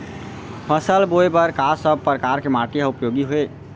फसल बोए बर का सब परकार के माटी हा उपयोगी हे?